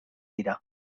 dira